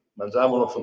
mangiavano